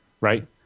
right